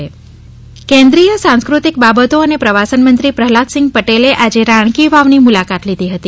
રાણીની વાવ કેન્દ્રિય સાંસ્ક્રતિક બાબતો અને પ્રવાસન મંત્રી પ્રહલાદ સિંગ પટેલે આજે રાણકી વાવની મુલાકાત લીધી હતી